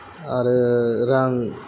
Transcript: आरो रां